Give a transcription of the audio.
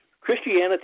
Christianity